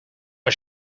why